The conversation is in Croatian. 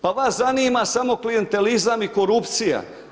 Pa vas zanima samo klijentelizam i korupcija.